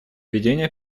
ведения